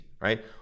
right